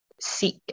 seek